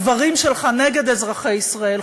הדברים שלך נגד אזרחי ישראל,